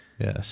Yes